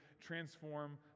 transform